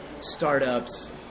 startups